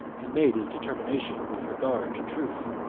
and made his determination with regard to truth.